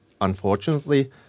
unfortunately